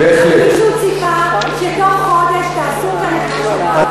ואין מישהו שציפה שתוך חודש תעשו כאן מה שלא עשו,